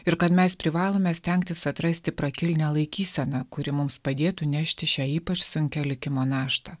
ir kad mes privalome stengtis atrasti prakilnią laikyseną kuri mums padėtų nešti šią ypač sunkią likimo naštą